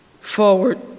forward